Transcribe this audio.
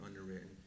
underwritten